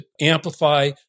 amplify